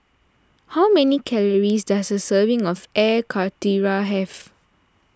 how many calories does a serving of Air Karthira have